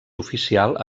oficial